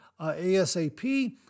ASAP